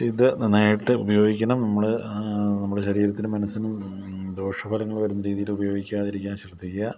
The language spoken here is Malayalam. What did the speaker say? ഇതു നന്നായിട്ട് ഉപയോഗിക്കണം നമ്മൾ നമ്മുടെ ശരീരത്തിനും മനസ്സിനും ദോഷഫലങ്ങൾ വരുന്ന രീതിയിൽ ഉപയോഗിക്കാതിരിക്കാൻ ശ്രദ്ധിക്കുക